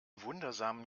wundersamen